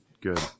good